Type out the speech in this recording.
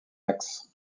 axe